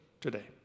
today